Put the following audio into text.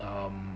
um